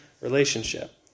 relationship